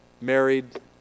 married